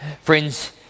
Friends